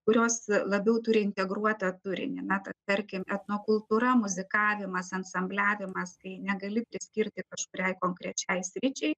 kurios labiau turi integruotą turinį na tarkim etnokultūra muzikavimas ansambliavimas kai negali priskirti kažkuriai konkrečiai sričiai